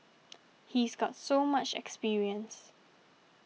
he's got so much experience